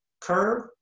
curve